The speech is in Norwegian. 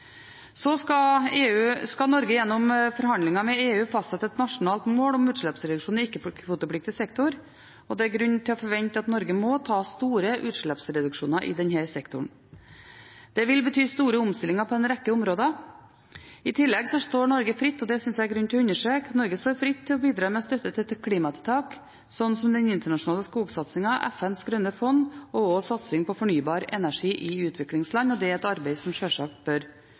Så skal Norge gjennom forhandlinger med EU fastsette et nasjonalt mål om utslippsreduksjon i ikke-kvotepliktig sektor, og det er grunn til å forvente at Norge må ta store utslippsreduksjoner i denne sektoren. Det vil bety store omstillinger på en rekke områder. I tillegg står Norge fritt – og det syns jeg det er grunn til å understreke – til å bidra med støtte til klimatiltak som den internasjonale skogsatsingen, FNs grønne fond og satsing på fornybar energi i utviklingsland. Det er et arbeid som sjølsagt bør